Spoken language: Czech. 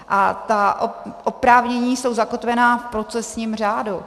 A ta oprávnění jsou zakotvena v procesním řádu.